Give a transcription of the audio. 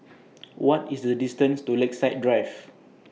What IS The distance to Lakeside Drive